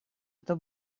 это